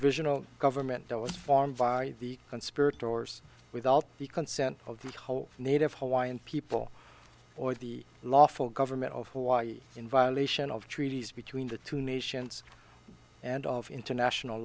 provisional government that was formed by the spirit doors without the consent of the whole native hawaiian people or the lawful government of hawaii in violation of treaties between the two nations and of international